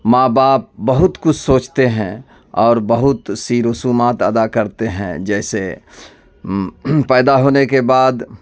ماں باپ بہت کچھ سوچتے ہیں اور بہت سی رسومات ادا کرتے ہیں جیسے پیدا ہونے کے بعد